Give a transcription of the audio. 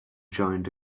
joined